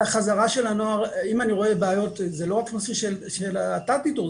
אם אני רואה בעיות זה לא רק נושא של תת איתור,